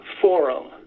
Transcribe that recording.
forum